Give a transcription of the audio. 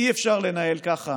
אי-אפשר לנהל ככה